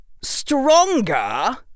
Stronger